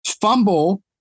Fumble